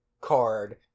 card